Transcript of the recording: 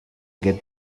get